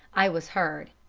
i was heard.